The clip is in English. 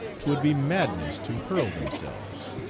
twould be madness to hurl themselves.